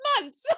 months